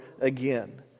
again